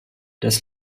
das